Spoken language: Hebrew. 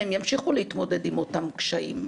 הם ימשיכו להתמודד עם אותם קשיים,